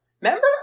Remember